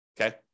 Okay